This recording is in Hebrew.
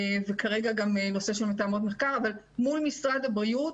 וכרגע גם נושא של מתאמות מחקר, מול משרד הבריאות,